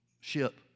ship